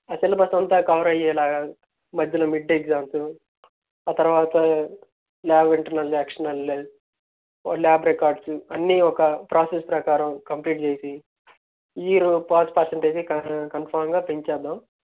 ఆ సిలబస్ అంతా కవర్ అయ్యేలాగా మధ్యలో మిడ్ ఎగ్జామ్సు ఆ తర్వాత lab internal external lab records అన్నీ ఒక ప్రాసెస్ ప్రకారం కంప్లీట్ చేసి ఈ ఇయరు పాస్ పర్శంటేజి కన్ఫర్మ్గా పెంచేద్దాం